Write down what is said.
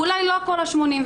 אולי לא כל ה-82.